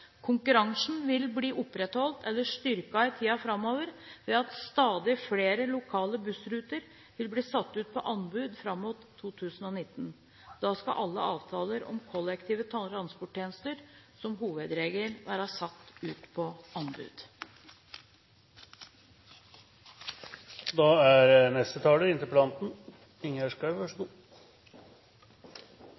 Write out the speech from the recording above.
Konkurransen vil bli opprettholdt eller styrket i tiden framover ved at stadig flere lokale bussruter vil bli satt ut på anbud fram mot 2019. Da skal alle avtaler om kollektive transporttjenester, som hovedregel, være satt ut på